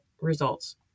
results